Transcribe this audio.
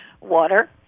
water